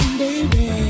baby